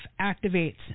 activates